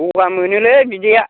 गगा मोनोलै बिदैया